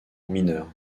mineure